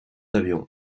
avion